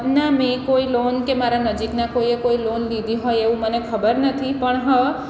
ના મેં કોઈ લોન કે મારા નજીકના કોઈએ કોઈ લોન લીધી હોય એવું મને ખબર નથી પણ હા